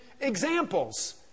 examples